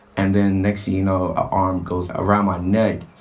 and then next thing you know, a arm goes around my neck.